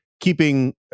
keeping